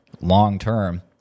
long-term